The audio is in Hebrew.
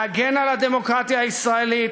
להגנה על הדמוקרטיה הישראלית